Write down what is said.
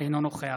אינו נוכח